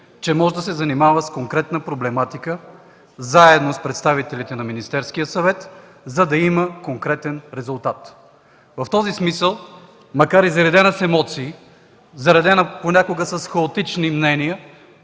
че може да се занимава с конкретна проблематика заедно с представителите на Министерския съвет, за да има конкретен резултат. В този смисъл, макар и заредена с емоции, заредена понякога с хаотични мнения,